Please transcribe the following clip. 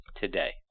today